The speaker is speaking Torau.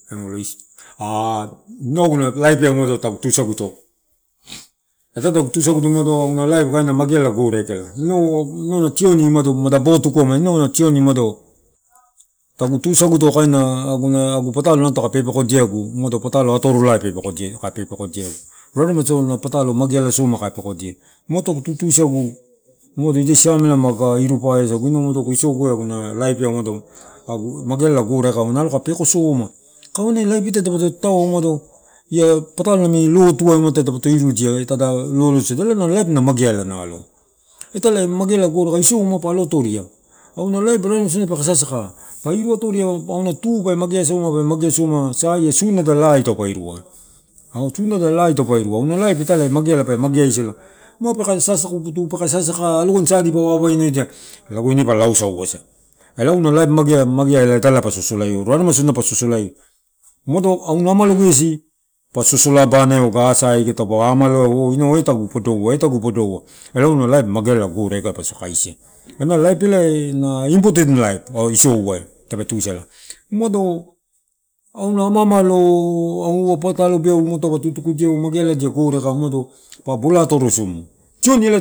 a-inau aguna laipia umado tagu tusaguto ita tagu tusaguto aguna laip kaina magealala gore aika inau, inau na tioni mada bo, tukua nationi tusaguto kaina aguna, agu patalo toka pepekodia egu patalo atoralai pepekodia egu. Raremaisodina makae pekodia ito tagu tutusagu, umado ida siamela kae iru paesagu inau isoguai, na laip ai tagu, magealagu gore aika nalo kae peko soma, kau ena laip eh tadapato tatau umado. Ia patalo amini lotuai dapatoirudia, tada lolotusada elai laip na mageala, italae magea gore aika isou ma pa alo atoria, auna laip peka sasaka auna tu pe magea, pe magea soma, saiai suna laa taupe irua, anua laip italae pe magea sala ma pekasasaka, sa dipa wawaino edia lago ine pa laosauasa ela ena laip magea itala pa sosolaeu, raremaisodina pa sosolaeu umado auna amalo gesi pa soso abana eu, taupe amaloaeu. Pa inau entagu podoua ela auna laip mageala ia gore aika pato kaisia, laip elae na impoten laip isouai umado, auna ama amalo, oh, patalo be'au ma taupe tutuku eu mageala dia gore aika pa bola atorosamu tioni elae